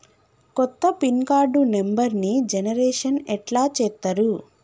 కొత్త pin card నెంబర్ని generation ఎట్లా చేత్తరు?